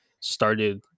started